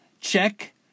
check